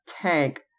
tank